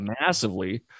massively